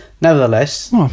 Nevertheless